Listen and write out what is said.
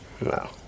No